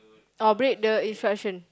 or break the instruction